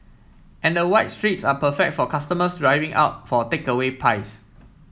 and the wide streets are perfect for customers driving up for takeaway pies